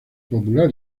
popular